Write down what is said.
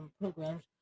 programs